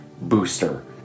booster